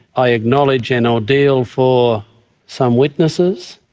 i acknowledge, an ordeal for some witnesses.